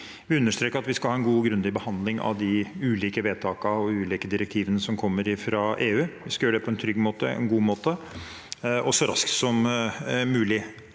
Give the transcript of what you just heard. vil under- streke at vi skal ha en god og grundig behandling av de ulike vedtakene og ulike direktivene som kommer fra EU. Vi skal gjøre det på en trygg måte, en god måte og så raskt som mulig.